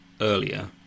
earlier